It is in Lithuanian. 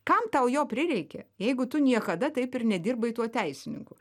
kam tau jo prireikė jeigu tu niekada taip ir nedirbai tuo teisininku